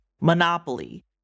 Monopoly